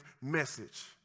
message